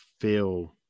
feel